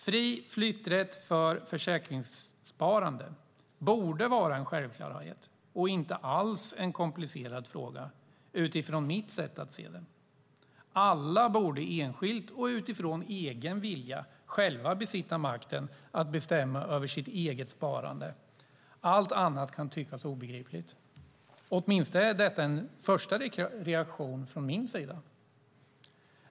Fri flytträtt för försäkringssparande borde vara en självklarhet och inte alls en komplicerad fråga, utifrån mitt sätt att se det. Alla borde enskilt och utifrån egen vilja själva besitta makten att bestämma över sitt eget sparande, allt annat kan tyckas obegripligt. Det är åtminstone en första reaktion från min sida.